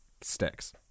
sticks